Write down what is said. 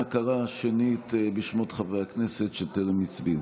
אנא קרא שנית בשמות חברי הכנסת שטרם הצביעו.